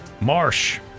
marsh